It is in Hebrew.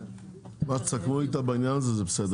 מה שתסכמו איתה בעניין הזה זה בסדר.